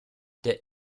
der